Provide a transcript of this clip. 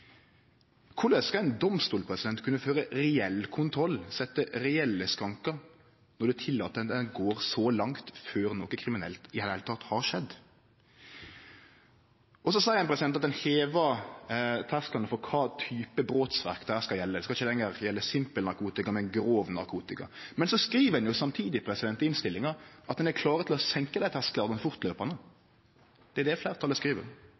Korleis skal ein domstol kunne føre ein reell kontroll, setje reelle skrankar, når ein tillèt at det går så langt før noko kriminelt i det heile har skjedd? Så seier ein at ein hevar terskelen for kva type brotsverk det skal gjelde. Det skal ikkje lenger gjelde simple narkotikabrotsverk, men grove narkotikabrotsverk. Men så skriv ein samtidig i innstillinga at ein er klar til å senke tersklane fortløpande – det er det fleirtalet skriv.